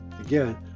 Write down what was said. again